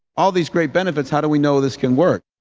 all these great benefits, how do we know this can work?